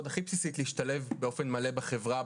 הכי בסיסית: להשתלב באופן מלא בחברה,